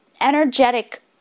energetic